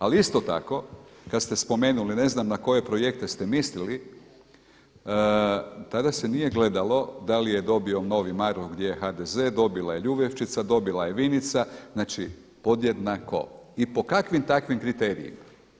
Ali isto tako kada ste spomenuli, ne znam na koje projekte ste mislili tada se nije gledalo da li je dobio Novi Marof gdje je HDZ, dobila je …, dobila je Vinica, znači podjednako i pod kakvim takvim kriterijima.